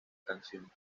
canción